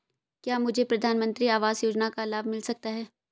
क्या मुझे प्रधानमंत्री आवास योजना का लाभ मिल सकता है?